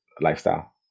lifestyle